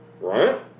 right